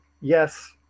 yes